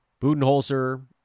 Budenholzer